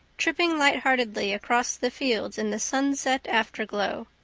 tripping lightheartedly across the fields in the sunset afterglow.